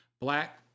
black